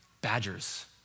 badgers